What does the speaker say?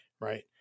right